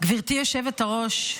גברתי היושבת-ראש,